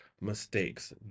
mistakes